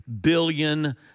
billion